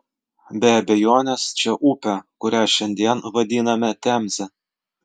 be abejonės čia upė kurią šiandien vadiname temze